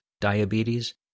diabetes